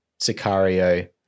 Sicario